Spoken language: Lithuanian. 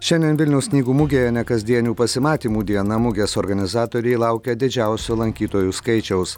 šiandien vilniaus knygų mugėje nekasdienių pasimatymų diena mugės organizatoriai laukia didžiausio lankytojų skaičiaus